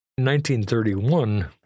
1931